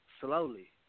slowly